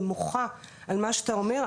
אני מוחה על מה שאתה אומר.